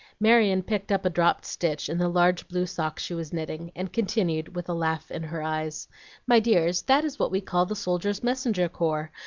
marion picked up a dropped stitch in the large blue sock she was knitting, and continued, with a laugh in her eyes my dears, that is what we call the soldiers' messenger corps,